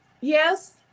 Yes